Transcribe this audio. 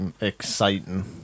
exciting